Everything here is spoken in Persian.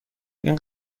این